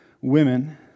women